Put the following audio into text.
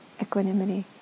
equanimity